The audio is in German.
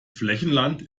flächenland